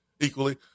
equally